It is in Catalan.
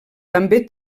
també